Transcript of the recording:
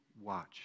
watch